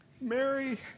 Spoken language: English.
Mary